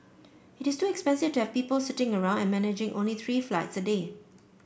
it is too expensive to have people sitting around and managing only three flights a day